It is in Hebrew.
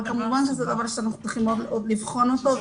כמובן זה דבר שאנחנו צריכים לבחון אותו.